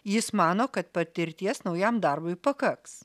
jis mano kad patirties naujam darbui pakaks